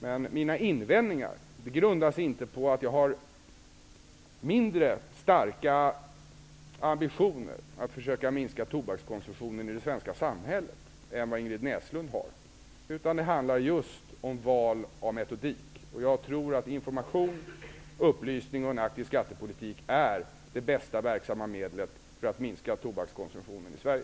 Men mina invändningar grundar sig inte på att jag har mindre starka ambitioner att försöka minska tobakskonsumtionen i det svenska samhället än vad Ingrid Näslund har. Det handlar om val av metod. Jag tror att information, upplysning och en aktiv skattepolitik är det bästa verksamma medlet för att minska tobakskonsumtionen i Sverige.